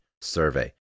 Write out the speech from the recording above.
survey